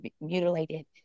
mutilated